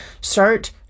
start